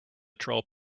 troll